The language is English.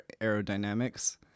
aerodynamics